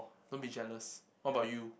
don't be jealous what about you